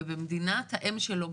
ובמדינת האם שלו,